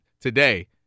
today